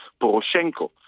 Poroshenko